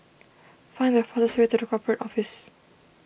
find the fastest way to the Corporate Office